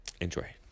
enjoy